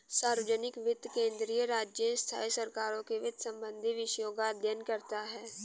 सार्वजनिक वित्त केंद्रीय, राज्य, स्थाई सरकारों के वित्त संबंधी विषयों का अध्ययन करता हैं